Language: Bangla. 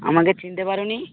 আমাকে চিনতে পারো নি